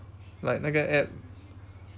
like 那个 app